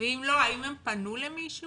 ואם לא, האם הם פנו למישהו?